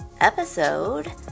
Episode